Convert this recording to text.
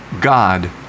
God